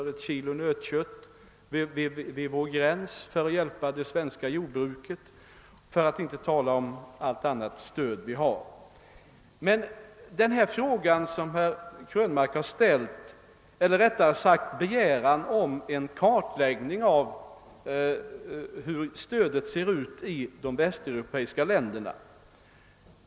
på ett kilo nötkött vid vår gräns för att hjälpa det svenska jordbruket, för att inte tala om .allt annat stöd vi ger. oo a Herr Krönmark begärde en kartläggning av hur stödet ser ut i de västeuropeiska länderna.